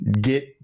get